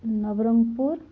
Nabarangpur